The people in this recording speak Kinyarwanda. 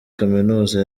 kaminuza